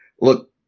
look